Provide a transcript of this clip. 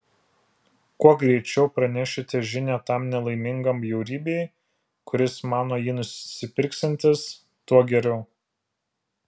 kuo greičiau pranešite žinią tam nelaimingam bjaurybei kuris mano jį nusipirksiantis tuo geriau